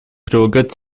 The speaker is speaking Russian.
прилагать